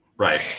Right